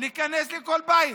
להיכנס לכל בית,